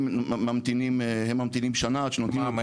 הם ממתינים שנה עד שנותנים להם.